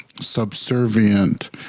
subservient